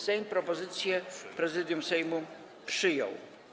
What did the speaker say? Sejm propozycję Prezydium Sejmu przyjął.